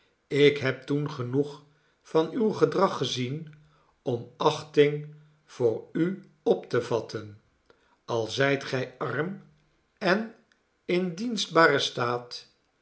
ik heb toen genoeg van uw gedrag gezien om achting voor u op te vatten al zijt gij arm en in dienstbaren staat